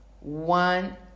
one